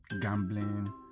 gambling